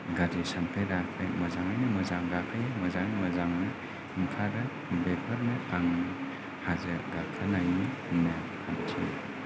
गाज्रि सानफेराखै मोजाङैनो मोजां गाखोयो मोजाङै मोजां ओंखारो बेफोरनो आङो हाजो गाखोनायनि नेमखान्थि